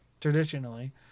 traditionally